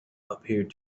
appeared